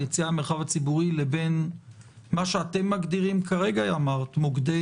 על יציאה למרחב הציבורי לבין מה שאתם מגדירים כרגע מוקדי